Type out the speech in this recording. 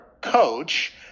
Coach